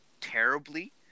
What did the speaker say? terribly